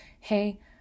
Hey